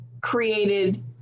created